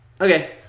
Okay